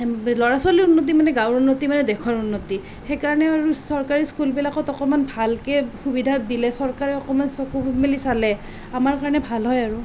ল'ৰা ছোৱালীৰ উন্নতি মানে গাঁৱৰ উন্নতি মানে দেশৰ উন্নতি সেইকাৰণে আৰু চৰকাৰী স্কুলবিলাকত অকণমান ভালকৈ সুবিধা দিলে চৰকাৰে অকণমান চকু মেলি চালে আমাৰ কাৰণে ভাল হয় আৰু